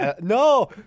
No